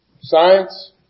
science